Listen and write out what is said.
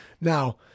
Now